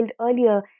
earlier